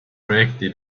projekti